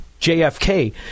JFK